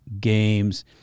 games